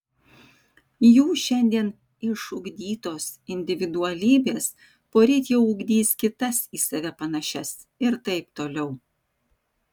jų šiandien išugdytos individualybės poryt jau ugdys kitas į save panašias ir taip toliau